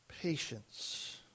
Patience